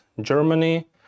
Germany